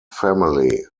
family